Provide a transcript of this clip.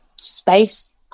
space